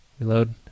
Reload